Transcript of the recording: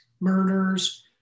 murders